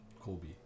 Kobe